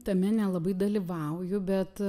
tame nelabai dalyvauju bet